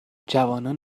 جوانان